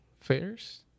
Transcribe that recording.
fairs